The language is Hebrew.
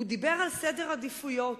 הוא דיבר על סדר עדיפויות.